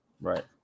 Right